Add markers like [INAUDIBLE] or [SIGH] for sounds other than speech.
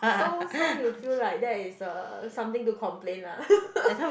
so so you feel like that is a something to complain lah [LAUGHS]